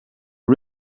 are